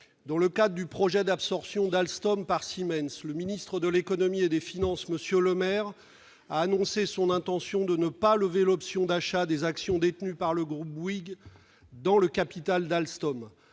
Dans le cadre du projet d'absorption d'Alstom par Siemens, le ministre de l'économie et des finances, M. Le Maire, a annoncé son intention de ne pas lever l'option d'achat des actions détenues par le groupe Bouygues dans le capital d'Alstom.